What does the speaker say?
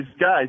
guys